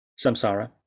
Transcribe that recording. samsara